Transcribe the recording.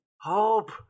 Hope